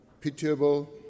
pitiable